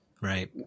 Right